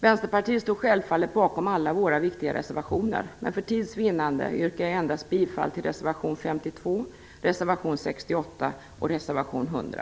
Vänsterpartiet står självfallet bakom alla sina viktiga reservationer, men för tids vinnande yrkar jag endast bifall till reservationerna 52, 68 och 100.